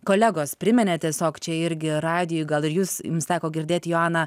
kolegos priminė tiesiog čia irgi radijuj gal ir jūs jums teko girdėti joana